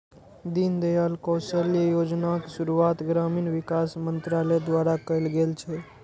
दीनदयाल कौशल्य योजनाक शुरुआत ग्रामीण विकास मंत्रालय द्वारा कैल गेल छै